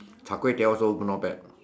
char-kway-teow also not bad